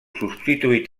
substituït